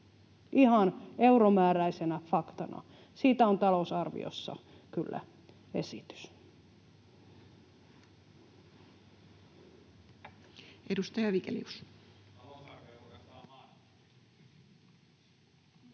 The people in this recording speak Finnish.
ihan euromääräisenä faktana. Siitä on talousarviossa kyllä esitys.